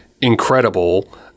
incredible